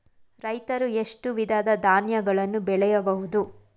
ರೈತರು ಎಷ್ಟು ವಿಧದ ಧಾನ್ಯಗಳನ್ನು ಬೆಳೆಯಬಹುದು?